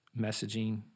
messaging